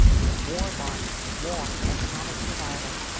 it's war, bart, war for economic survival.